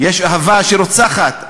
יש אהבה שרוצחת.